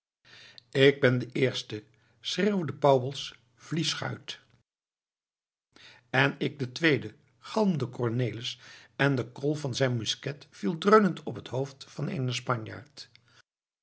ik ben de eerste schreeuwde pauwels vliechuyt en ik de tweede galmde cornelis en de kolf van zijn musket viel dreunend op het hoofd van eenen spanjaard